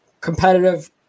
competitive